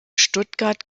stuttgart